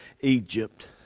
Egypt